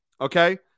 Okay